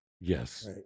Yes